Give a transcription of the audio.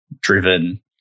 driven